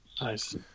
Nice